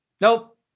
Nope